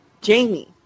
Jamie